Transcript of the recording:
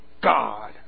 God